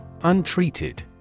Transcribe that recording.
Untreated